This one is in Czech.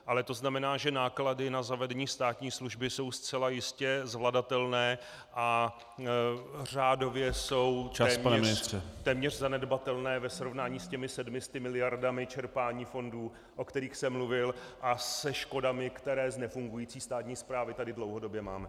Ale to znamená, že náklady na zavedení státní služby jsou zcela jistě zvladatelné a řádově jsou téměř zanedbatelné ve srovnání s těmi 700 miliardami čerpání fondů, o kterých jsem mluvil, a se škodami, které z nefungující státní správy tady dlouhodobě máme.